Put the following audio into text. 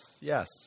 yes